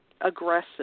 aggressive